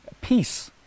peace